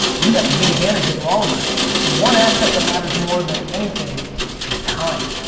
you've got the big advantage over all of us. the one asset that matters more than anything is time.